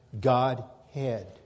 Godhead